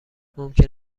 ممکن